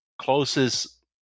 closest